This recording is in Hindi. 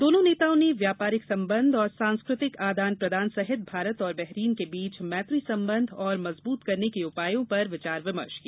दोनों नेताओं ने व्यापारिक संबंध और सांस्कृतिक आदान प्रदान सहित भारत और बहरीन के बीच मैत्री संबंध और मजबूत करने के उपायों पर विचार विमर्श किया